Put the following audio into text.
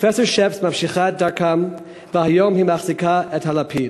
פרופסור שפס ממשיכה את דרכם והיום היא מחזיקה את הלפיד.